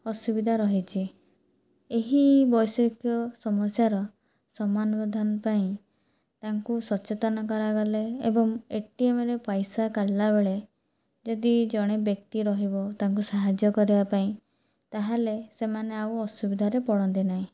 ଅସୁବିଧା ରହିଛି ଏହି ବୈଷୟିକ ସମସ୍ୟାର ସମାଧାନ ପାଇଁ ତାଙ୍କୁ ସଚେତନ କରାଗଲେ ଏବଂ ଏଟିଏମରେ ପଇସା କାଢ଼ିଲା ବେଳେ ଯଦି ଜଣେ ବ୍ୟକ୍ତି ରହିବ ତାଙ୍କୁ ସାହାଯ୍ୟ କରିବା ପାଇଁ ତାହେଲେ ସେମାନେ ଆଉ ଅସୁବିଧାରେ ପଡ଼ନ୍ତେ ନାହିଁ